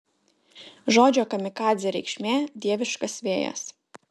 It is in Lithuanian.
žodžio kamikadzė reikšmė dieviškas vėjas